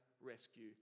rescue